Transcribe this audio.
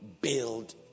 build